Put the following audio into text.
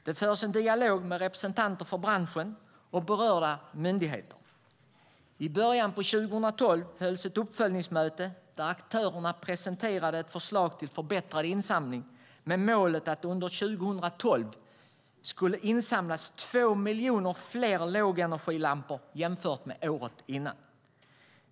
Det förs en dialog med representanter för branschen och berörda myndigheter. I början av 2012 hölls ett uppföljningsmöte där aktörerna presenterade ett förslag till förbättrad insamling med målet att det under 2012 skulle samlas in 2 miljoner fler lågenergilampor jämfört med året innan.